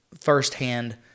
firsthand